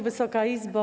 Wysoka Izbo!